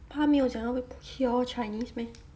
他没有想要 pure chinese meh